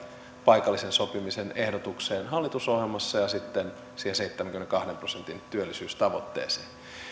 paikallisen sopimisen ehdotukseemme hallitusohjelmassa ja sitten siihen seitsemänkymmenenkahden prosentin työllisyystavoitteeseen